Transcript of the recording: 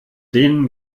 denen